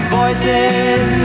voices